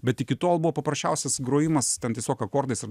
bet iki tol buvo paprasčiausias grojimas tam tiesiog akordais ir